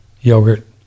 yogurt